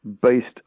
based